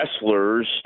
wrestlers